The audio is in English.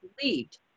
believed